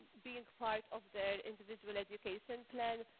being part of the individual education plan,